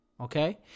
okay